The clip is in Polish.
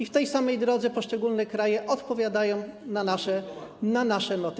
i w tej samej drodze poszczególne kraje odpowiadają na nasze noty.